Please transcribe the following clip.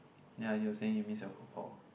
ya you were saying you miss your por-por